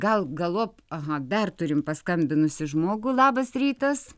gal galop aha dar turim paskambinusį žmogų labas rytas